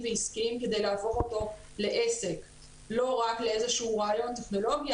ועסקיים כדי להפוך אותו לעסק ולא רק לאיזה שהוא רעיון טכנולוגי.